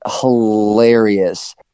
hilarious